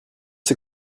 ces